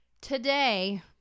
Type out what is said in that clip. today